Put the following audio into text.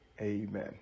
amen